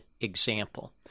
example